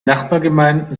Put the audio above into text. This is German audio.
nachbargemeinden